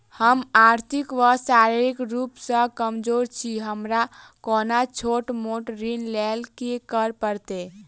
हम आर्थिक व शारीरिक रूप सँ कमजोर छी हमरा कोनों छोट मोट ऋण लैल की करै पड़तै?